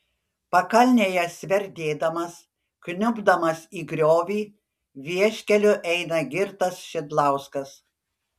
pakalnėje sverdėdamas kniubdamas į griovį vieškeliu eina girtas šidlauskas